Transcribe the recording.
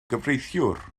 gyfreithiwr